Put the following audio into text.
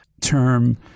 term